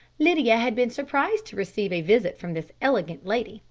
lydia had been surprised to receive a visit from this elegant lady,